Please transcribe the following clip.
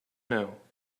know